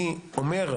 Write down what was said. אני אומר,